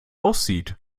aussieht